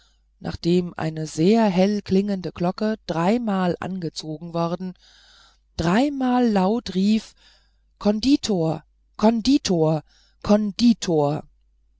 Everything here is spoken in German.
nachdem eine sehr hell klingende glocke dreimal angezogen worden dreimal laut rief konditor konditor konditor